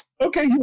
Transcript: okay